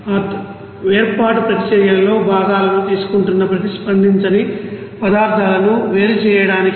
ఆ వేర్పాటు ప్రతిచర్యలలో భాగాలను తీసుకుంటున్న ప్రతిస్పందించని పదార్థాలను వేరు చేయడానికి